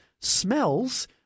smells